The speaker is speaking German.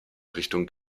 richtung